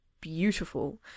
beautiful